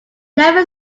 never